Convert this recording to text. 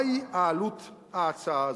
מהי עלות ההצעה הזאת?